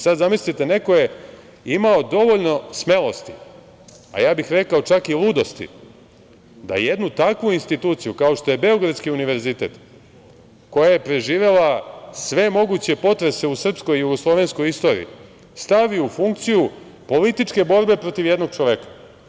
Sad zamislite neko je imao dovoljno smelosti, a ja bih rekao čak i ludosti, da jednu takvu instituciju kao što je Beogradski univerzitet, koja je preživela sve moguće potrese u srpskoj i jugoslovenskoj istoriji, stavi u funkciju političke borbe protiv jednog čoveka.